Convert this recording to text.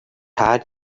had